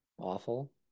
awful